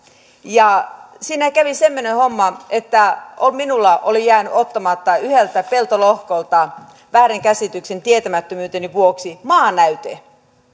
ja siinä kävi semmoinen homma että minulla oli jäänyt ottamatta yhdeltä peltolohkolta väärinkäsityksen tietämättömyyteni vuoksi maanäyte